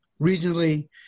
regionally